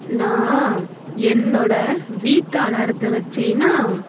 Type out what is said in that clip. நான் என்னோட வீட்டு அலாரத்தை வெத்தேனா